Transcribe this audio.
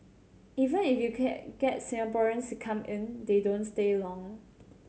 even if you can get Singaporeans to come in they don't stay long